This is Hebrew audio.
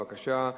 בבקשה.